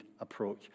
approach